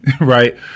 Right